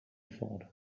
thought